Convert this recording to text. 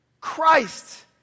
Christ